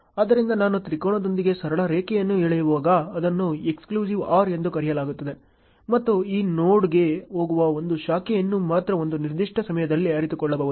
ಆದ್ದರಿಂದ ನಾನು ತ್ರಿಕೋನದೊಂದಿಗೆ ಸರಳ ರೇಖೆಯನ್ನು ಎಳೆಯುವಾಗ ಅದನ್ನು ಎಕ್ಸ್ಕ್ಲೂಸಿವ್ OR ಎಂದು ಕರೆಯಲಾಗುತ್ತದೆ ಮತ್ತು ಈ ನೋಡ್ಗೆ ಹೋಗುವ ಒಂದು ಶಾಖೆಯನ್ನು ಮಾತ್ರ ಒಂದು ನಿರ್ದಿಷ್ಟ ಸಮಯದಲ್ಲಿ ಅರಿತುಕೊಳ್ಳಬಹುದು